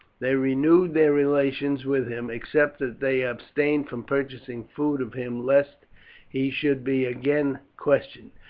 they renewed their relations with him, except that they abstained from purchasing food of him lest he should be again questioned.